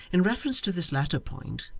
in reference to this latter point,